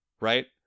right